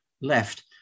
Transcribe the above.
left